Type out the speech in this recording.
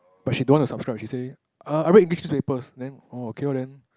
but she don't want to subscribe she say uh I read English newspapers oh okay lor then